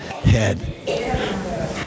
head